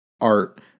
art